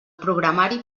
programari